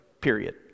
period